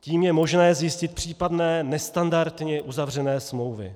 Tím je možné zjistit případné nestandardně uzavřené smlouvy.